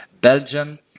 Belgium